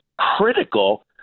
critical